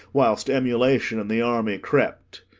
whilst emulation in the army crept.